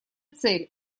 цель